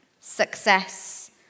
success